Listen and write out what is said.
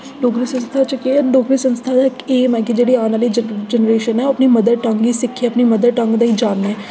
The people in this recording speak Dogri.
डोगरी संस्था च केह् ऐ डोगरी संस्था दा इक एम ऐ कि जेह्ड़ी औन आह्ली जन जनरेशन ऐ ओह् अपनी मदर टंग गी सिक्खै अपनी मदर टंग गी जान्नै